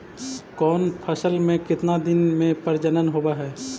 कौन फैसल के कितना दिन मे परजनन होब हय?